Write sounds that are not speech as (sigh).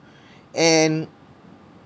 (breath) and